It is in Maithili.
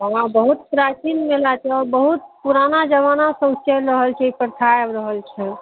हुआँ बहुत प्राचीन मेला छै हुआँ बहुत पुराना जमानासे ओ चलि रहल छै ई प्रथा आबि रहल छै